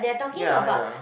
ya ya